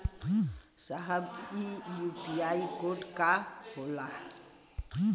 साहब इ UPI code का होला?